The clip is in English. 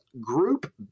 group